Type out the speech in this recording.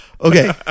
Okay